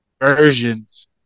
versions